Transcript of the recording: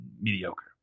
mediocre